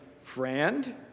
friend